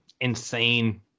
insane